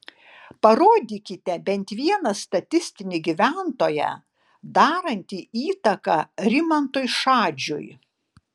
parodykite bent vieną statistinį gyventoją darantį įtaką rimantui šadžiui